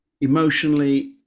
Emotionally